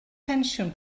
pensiwn